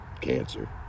Cancer